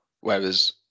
Whereas